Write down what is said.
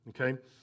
okay